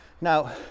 Now